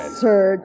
sir